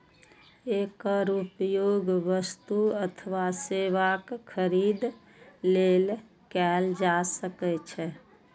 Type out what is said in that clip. एकर उपयोग वस्तु अथवा सेवाक खरीद लेल कैल जा सकै छै